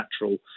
natural